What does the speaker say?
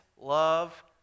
love